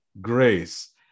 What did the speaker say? grace